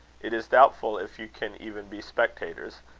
it is doubtful if you can even be spectators.